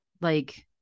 like-